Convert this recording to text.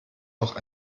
doch